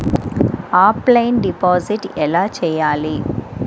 Offline deposit ఎలా చేయాలి?